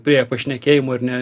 prie pašnekėjimo ir ne